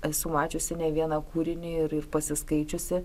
esu mačiusi ne vieną kūrinį ir ir pasiskaičiusi